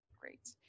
Great